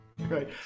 right